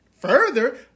Further